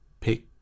pick